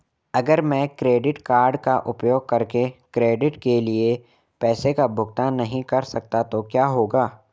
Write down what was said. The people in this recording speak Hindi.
अगर मैं क्रेडिट कार्ड का उपयोग करके क्रेडिट किए गए पैसे का भुगतान नहीं कर सकता तो क्या होगा?